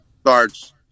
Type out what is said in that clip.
starts